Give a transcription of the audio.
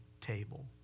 table